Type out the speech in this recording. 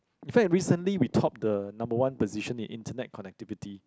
in fact recently we topped the number one position in internet connectivity